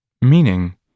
Meaning